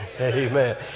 Amen